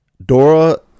Dora